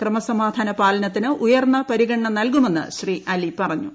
ക്രമസമാധാന പാലനത്തിന് കൈകാര്യം ഉയർന്ന പരിഗണന നൽകുമെന്ന് ശ്രീ അലി പറഞ്ഞു